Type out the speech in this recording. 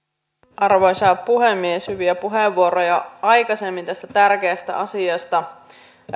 arvoisa puhemies hyviä puheenvuoroja aikaisemmin tästä tärkeästä asiasta